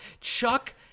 Chuck